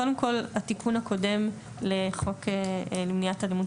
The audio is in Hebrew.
קודם כל התיקון הקודם לחוק למניעת אלימות